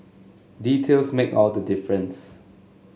details make all the difference